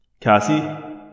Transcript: Cassie